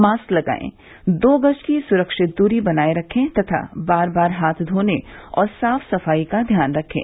mask लगायें दो गज की सुरक्षित दूरी बनाये रखें तथा बार बार हाथ धोने और साफ सफाई का ध्यान रखें